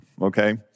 okay